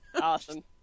awesome